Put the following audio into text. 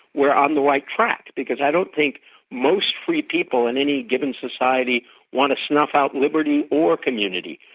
we're on the right track, because i don't think most free people in any given society want to snuff out liberty or community.